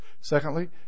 Secondly